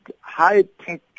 high-tech